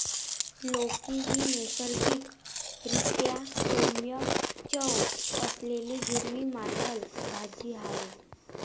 लौकी ही नैसर्गिक रीत्या सौम्य चव असलेली हिरवी मांसल भाजी आहे